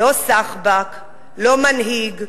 לא סחבק, לא מנהיג.